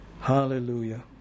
Hallelujah